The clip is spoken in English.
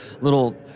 little